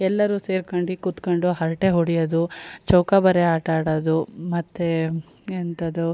ಎಲ್ಲರು ಸೇರ್ಕೊಂಡು ಕುತ್ಕೊಂಡು ಹರಟೇ ಹೊಡಿಯೋದು ಚೌಕಬಾರ ಆಟ ಆಡೋದು ಮತ್ತು ಎಂಥದೊ